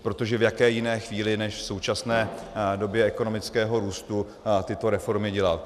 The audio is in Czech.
Protože v jaké jiné chvíli než v současné době ekonomického růstu tyto reformy dělat?